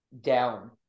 down